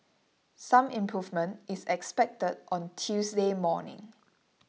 some improvement is expected on Tuesday morning